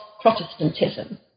Protestantism